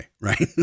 Right